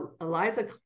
Eliza